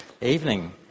evening